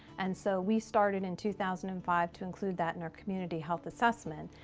and so, we started in two thousand and five to include that in our community health assessments.